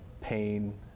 pain